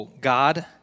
God